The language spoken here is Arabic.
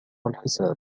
الحساب